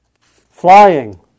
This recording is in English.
flying